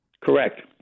correct